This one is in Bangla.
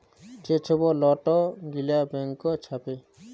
যে ছব লট গিলা ব্যাংক ছাপে